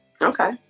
Okay